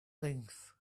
length